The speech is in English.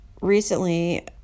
Recently